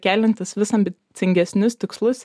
keliantis vis ambicingesnius tikslus